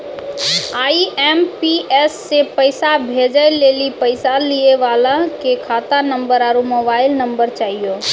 IMPS से पैसा भेजै लेली पैसा लिये वाला के खाता नंबर आरू मोबाइल नम्बर चाहियो